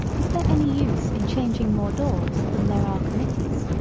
is there any use in changing more doors than there are committees.